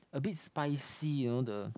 a bit spicy you know the